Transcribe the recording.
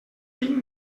tinc